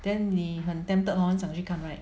then 你很 tempted hor 这样容易看 right